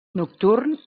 nocturn